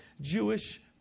Jewish